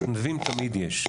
מתנדבים תמיד יש.